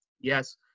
Yes